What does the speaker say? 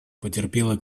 потерпела